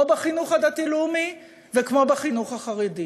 בחינוך הדתי-לאומי וכמו בחינוך החרדי.